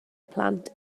plant